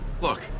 Look